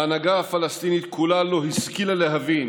ההנהגה הפלסטינית כולה לא השכילה להבין